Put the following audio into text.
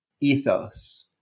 ethos